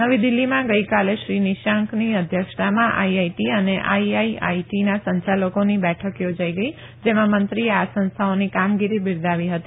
નવી દિલ્હીમાં ગઈકાલે શ્રી નિશાંકની અધ્યક્ષતામાં આઈઆઈટી અને આઈઆઈઆઈટીના સંયાલકોની બેઠક થોજાઈ ગઈ જેમાં મંત્રીએ આ સંસ્થાઓની કામગીરી બિરદાવી હતી